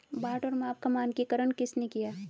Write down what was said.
बाट और माप का मानकीकरण किसने किया?